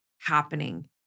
happening